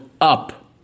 up